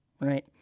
right